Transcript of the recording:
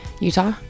Utah